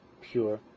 pure